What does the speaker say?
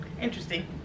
interesting